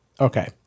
Okay